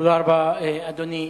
תודה רבה, אדוני.